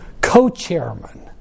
co-chairman